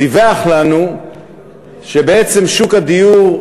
דיווח לנו שבעצם בשוק הדיור,